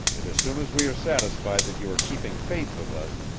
and as soon as we are satisfied that you are keeping faith with us,